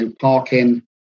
parking